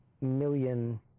million